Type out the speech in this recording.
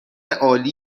عالی